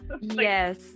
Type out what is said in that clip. Yes